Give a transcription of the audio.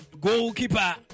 Goalkeeper